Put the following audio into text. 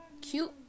cute